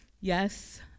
yes